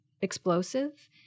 explosive